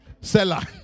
seller